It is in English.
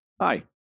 Hi